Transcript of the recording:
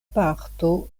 parto